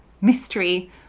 mystery